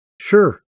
Sure